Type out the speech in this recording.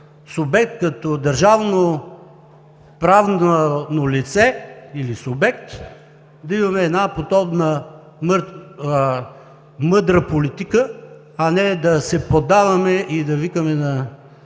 субект, като държавноправно лице или субект, да имаме една мъдра политика, а не да се продаваме и да викаме: